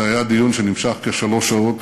זה היה דיון שנמשך כשלוש שעות.